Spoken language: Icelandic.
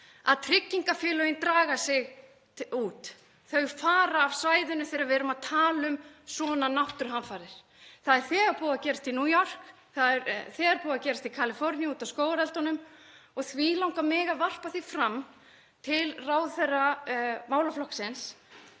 tryggingafélögin sig út. Þau fara af svæðinu þegar við erum að tala um svona náttúruhamfarir. Það er þegar búið að gerast í New York, það er þegar búið að gerast í Kaliforníu út af skógareldum. Því langar mig að varpa því fram til hæstv. ráðherra málaflokksins